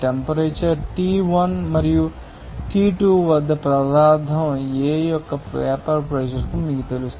temperature T1 మరియు T2 వద్ద పదార్ధం A యొక్క వేపర్ ప్రెషర్ మీకు తెలుసు